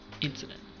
incident